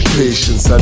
patience